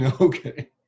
Okay